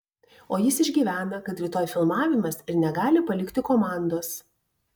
o jis išgyvena kad rytoj filmavimas ir negali palikti komandos